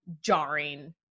jarring